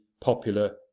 popular